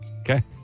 Okay